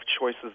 choices